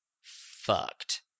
fucked